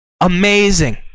amazing